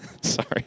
Sorry